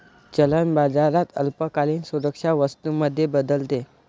चलन बाजारात अल्पकालीन सुरक्षा वस्तू मध्ये बदलते